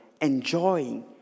enjoying